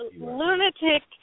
Lunatic